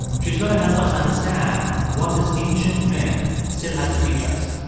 she's going to help us understand what this ancient myth still has to teach us